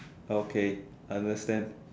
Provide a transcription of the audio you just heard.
okay understand